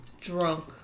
drunk